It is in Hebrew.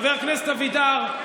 חבר הכנסת אבידר,